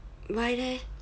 why leh